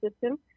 system